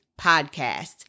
podcast